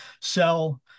sell